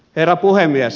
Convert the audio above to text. herra puhemies